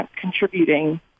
contributing